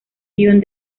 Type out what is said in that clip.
guion